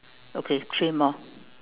okay three more